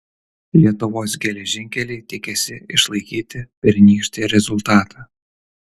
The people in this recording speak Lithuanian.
lietuvos geležinkeliai tikisi išlaikyti pernykštį rezultatą